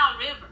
River